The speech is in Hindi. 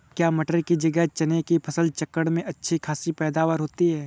क्या मटर की जगह चने की फसल चक्रण में अच्छी खासी पैदावार होती है?